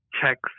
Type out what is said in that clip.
checks